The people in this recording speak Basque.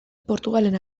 portugalen